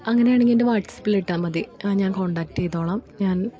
അങ്ങനെയാണെങ്കിൽ എന്റെ വാട്ട്സപ്പിലിട്ടാൽ മതി ഞാൻ കോണ്ടാക്ട് ചെയ്തോളാം ഞാൻ